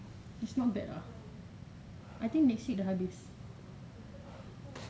it's not bad lah I think next week dah habis